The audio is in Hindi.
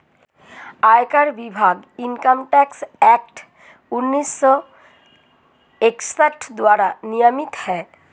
आयकर विभाग इनकम टैक्स एक्ट उन्नीस सौ इकसठ द्वारा नियमित है